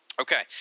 Okay